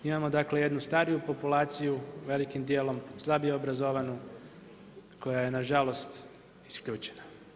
Imamo dakle jednu stariju populaciju velikim dijelom slabije obrazovanu koja je na žalost isključena.